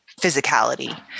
physicality